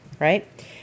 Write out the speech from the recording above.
right